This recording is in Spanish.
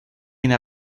una